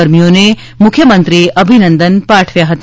કર્મીઓને મુખ્યમંત્રીએ અભિનંદન પાઠવ્યા હતા